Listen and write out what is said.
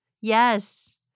yes